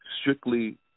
strictly